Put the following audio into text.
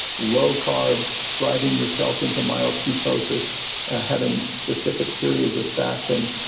low carbs, driving yourself into mild ketosis having specific periods of fasting,